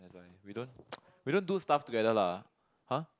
that's why we don't we don't do stuff together lah !huh!